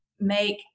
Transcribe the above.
make